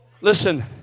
Listen